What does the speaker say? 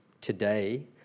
today